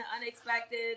unexpected